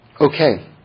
Okay